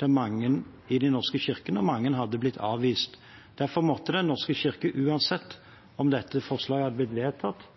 til mange i de norske kirkene, og mange hadde blitt avvist. Derfor hadde Den norske kirke, om dette forslaget hadde blitt vedtatt,